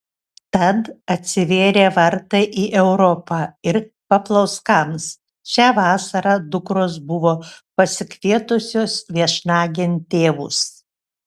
tad atsivėrė vartai į europą ir paplauskams šią vasarą dukros buvo pasikvietusios viešnagėn tėvus